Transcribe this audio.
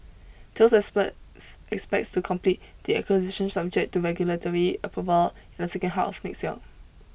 Tales expects expects to complete the acquisition subject to regulatory approval in the second half of next year